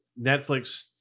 Netflix